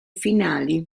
finali